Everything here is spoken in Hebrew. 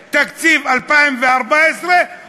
על התקציב הדו-שנתי המוצע היום,